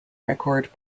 record